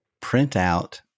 printout